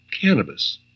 cannabis